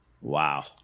wow